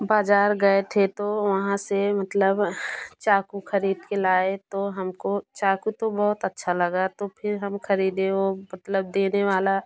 बाजार गए थे तो वहाँ से मतलब चाकू खरीद के लाए तो हमको चाकू तो बहुत अच्छा लगा तो फिर हम खरीदे वो मतलब देने वाला